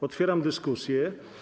Otwieram dyskusję.